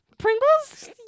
pringles